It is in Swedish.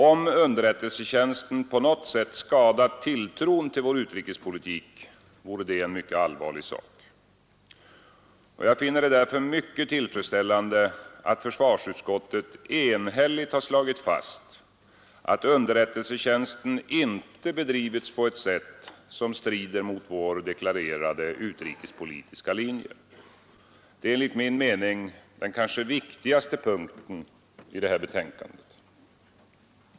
Om underrättelsetjänsten på något sätt skadat tilltron till vår utrikespolitik, vore det en mycket allvarlig sak. Jag finner det därför mycket tillfredsställande att försvarsutskottet enhälligt slagit fast, att underrättelsetjänsten inte bedrivits på ett sätt som strider mot vår deklarerade utrikespolitiska linje. Det är enligt min mening den kanske viktigaste punkten i det här betänkandet.